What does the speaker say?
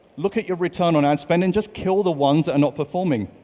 look at your return on ad spend, and just kill the ones that are not performing.